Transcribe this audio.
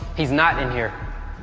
he's not in here!